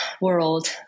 world